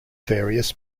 various